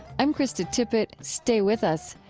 i'm krista tippett. stay with us.